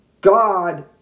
God